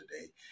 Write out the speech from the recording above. today